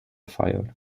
fire